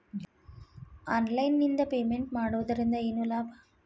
Online ನಿಂದ payment ಮಾಡುವುದರಿಂದ ಏನು ಲಾಭ?